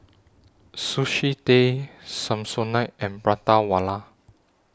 Sushi Tei Samsonite and Prata Wala